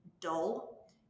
dull